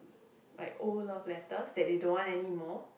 like old love letters that they don't want anymore